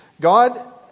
God